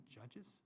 Judges